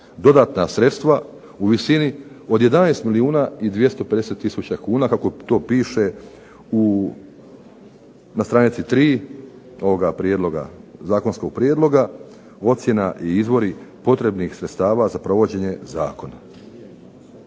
dodatna sredstva u visini 11 milijuna i 250 tisuća kuna kako to piše na stranici 3. ovoga Zakonskog prijedloga ocjena i izvori potrebnih sredstava za provođenje Zakona.